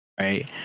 right